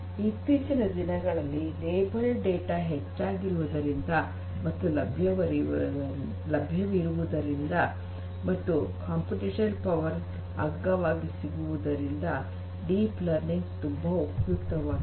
ಇತ್ತೀಚಿನ ದಿನಗಳಲ್ಲಿ labelled data ಹೆಚ್ಚಾಗಿರುವುದರಿಂದ ಮತ್ತು ಲಭ್ಯವಿರುವುದರಿಂದ ಮತ್ತು ತುಂಬಾ ಕಂಪ್ಯೂಟೇಷನಲ್ ಪವರ್ ಅಗ್ಗವಾಗಿ ಸಿಗುವುದರಿಂದ ಡೀಪ್ ಲರ್ನಿಂಗ್ ತುಂಬಾ ಉಪಯುಕ್ತವಾಗಿದೆ